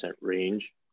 range